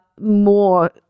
more –